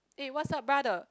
eh what's up brother